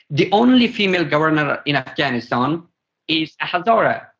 the only female governor in afghanistan is a hazara.